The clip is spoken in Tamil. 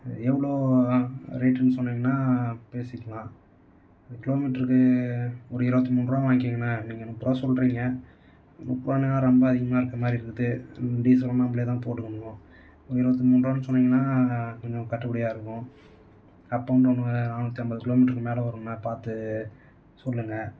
எவ்வளோ வேணும் ரேட்டுன்னு சொன்னிங்கன்னா பேசிக்கலாம் கிலோமீட்டருக்கு ஒரு இருபத்தி மூன்றுபா வாங்கிக்கங்கண்ண நீங்கள் முப்பதுரூவா சொல்கிறிங்க முப்பதுரூவானிங்கனா ரொம்ப அதிகமாக இருக்கிற மாதிரி இருக்குது டீசலும் நம்மளே தான் போட்டுக்கிணும் நீங்கள் இருபத்தி மூன்றுவான்னு சொன்னிங்கனா எங்களுக்கு கொஞ்சம் கட்டுப்படியாக இருக்கும் அப் அண்ட் டவுனு வேறு நானூற்றி ஐம்பது கிலோமீட்டருக்கு மேலே வரும்ண்ணா பார்த்து சொல்லுங்கள்